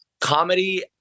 comedy